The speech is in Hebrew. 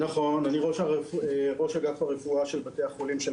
אני לא מדבר כרגע על MRI --- אנחנו כן מדברים על זה,